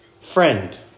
friend